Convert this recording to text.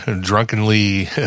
drunkenly